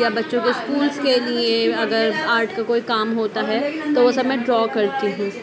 یا بچوں کے اسکولس کے لئے اگر آرٹ کا کوئی کام ہوتا ہے تو وہ سب میں ڈرا کرتی ہوں